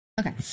Okay